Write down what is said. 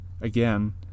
again